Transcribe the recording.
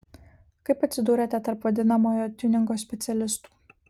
kaip atsidūrėte tarp vadinamojo tiuningo specialistų